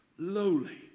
lowly